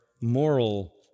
moral